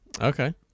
okay